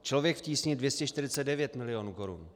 Člověk v tísni 249 milionů korun.